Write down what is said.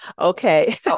Okay